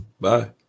bye